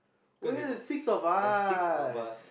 oh ya there's six of us